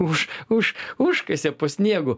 už už užkasė po sniegu